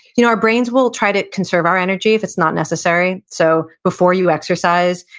you know, our brains will try to conserve our energy if it's not necessary, so before you exercise,